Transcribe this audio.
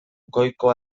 goiko